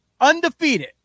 Undefeated